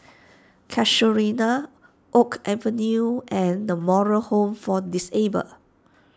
Casuarina Oak Avenue and the Moral Home for Disabled